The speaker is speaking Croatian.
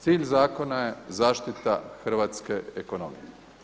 Cilj zakona je zaštite hrvatske ekonomije.